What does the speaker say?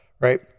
right